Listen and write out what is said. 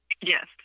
Yes